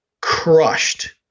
Crushed